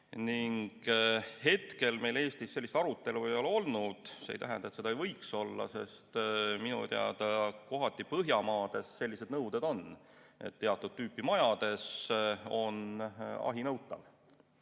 Hetkel meil Eestis sellist arutelu ei ole olnud, aga see ei tähenda, et seda ei võiks olla, sest minu teada kohati Põhjamaades sellised nõuded on, et teatud tüüpi majades on ahi nõutav.